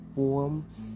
poems